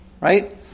right